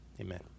Amen